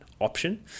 option